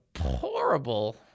horrible